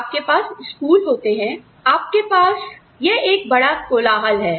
आपके पास स्कूल होते हैं आपके पास यह बड़ा कोलाहल है